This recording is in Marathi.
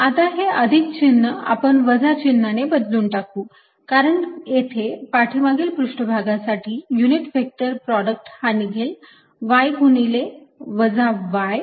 आता हे अधिक चिन्ह आपण वजा चिन्हाने बदलून टाकू कारण येथे पाठीमागील पृष्ठ भागासाठी युनिट व्हेक्टर प्रॉडक्ट हा निघेल y गुणिले y